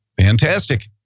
Fantastic